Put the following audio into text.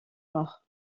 mort